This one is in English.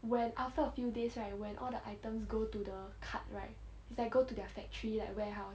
when after a few days right when all the items go to the cart right is like go to their factory like warehouse